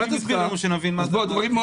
הדברים מאוד